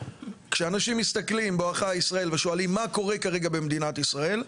כשאנשים מסתכלים בואך ישראל ושואלים "מה קורה כרגע במדינת ישראל?",